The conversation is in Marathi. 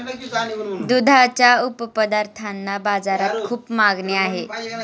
दुधाच्या उपपदार्थांना बाजारात खूप मागणी आहे